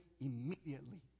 immediately